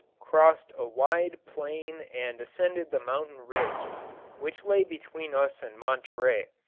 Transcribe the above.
crossed a wide plain and ascended the mountain ridge which lay between us and monterey,